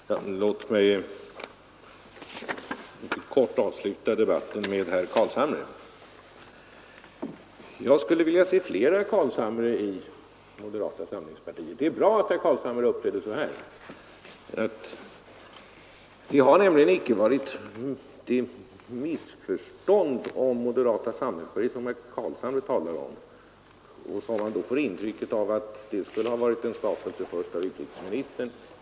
Herr talman! Låt mig avsluta denna debatt med några ord till herr Carlshamre. Jag skulle vilja se flera företrädare för moderata samlingspartiet av herr Carlshamres sort. Det är bra att herr Carlshamre uppträder som han har gjort här i dag. Det har nämligen uppstått en del missförstånd om moderata samlingspartiet beträffande den fråga som herr Carlshamre här talade om, och man fick av herr Carlshamres ord det intrycket att missförstånden skulle vara resultatet av utrikesministerns agerande.